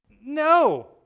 No